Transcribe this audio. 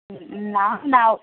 না না